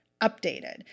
updated